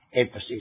emphasis